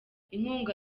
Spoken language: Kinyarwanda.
inkunga